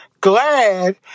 glad